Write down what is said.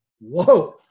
Whoa